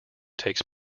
takes